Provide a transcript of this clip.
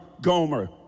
Gomer